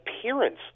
appearance